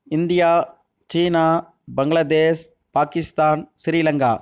India China Bangladesh Pakistan Sri Lanka